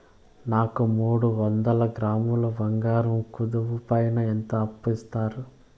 నాకు మూడు వందల గ్రాములు బంగారం కుదువు పైన ఎంత అప్పు ఇస్తారు?